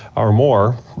or more.